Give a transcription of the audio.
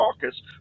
caucus